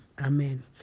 amen